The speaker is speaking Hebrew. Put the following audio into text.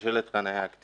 בנושא של שלט חניה אקטיבי,